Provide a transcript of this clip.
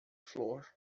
flor